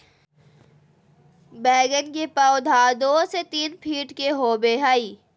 बैगन के पौधा दो से तीन फीट के होबे हइ